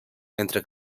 mentre